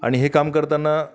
आणि हे काम करताना